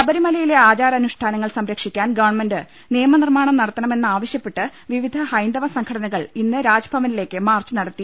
ശബരിമലയിലെ ആചാര അനുഷ്ഠാനങ്ങൾ സംരക്ഷിക്കാൻ ഗവൺമെൻറ് നിയമ നിർമ്മാണം നടത്തണമെന്ന് ആവശ്യപ്പെട്ട് വിവിധ ഹൈന്ദവ സംഘടനകൾ ഇന്ന് രാജ്ഭവനിലേക്ക് മാർച്ച് നടത്തി